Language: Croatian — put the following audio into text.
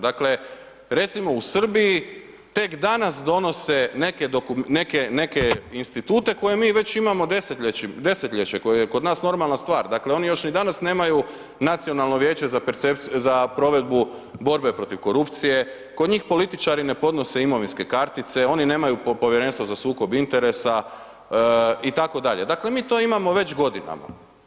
Dakle recimo u Srbiji tek danas donose neke institute koje mi već imamo desetljeće, koje je kod nas normalna stvar, dakle oni još ni danas nemaju nacionalno vijeće za provedbu borbe protiv korupcije, kod njih političari ne podnose imovinske kartice, oni nemaju povjerenstvo za sukob interesa itd., dakle mi to imamo već godinama.